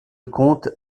compte